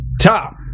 Top